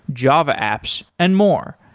java apps and more.